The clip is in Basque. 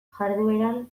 jardueran